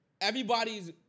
Everybody's